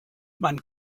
man